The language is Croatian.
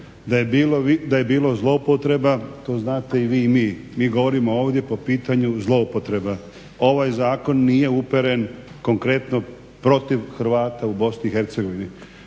Da je bilo zloupotreba to znate i vi i mi. Mi govorimo po pitanju zloupotreba. Ovaj zakon nije uperen konkretno protiv Hrvata u BiH.